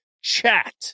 chat